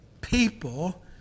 people